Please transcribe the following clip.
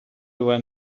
when